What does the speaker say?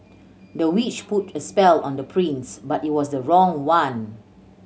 the witch put a spell on the prince but it was the wrong one